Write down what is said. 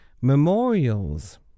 memorials